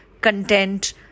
content